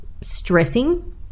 stressing